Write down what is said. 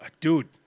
dude